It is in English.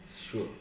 Sure